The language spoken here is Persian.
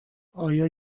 آیا